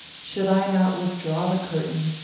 should i not withdraw the curtain,